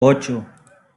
ocho